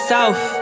South